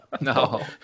No